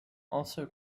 also